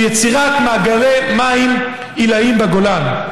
והוא יצירת מאגרי מים עיליים בגולן.